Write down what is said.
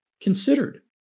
considered